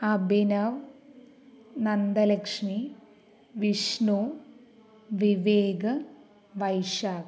Abhinav Nandalakshmi Vishnu Vivek Vaishakh